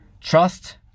trust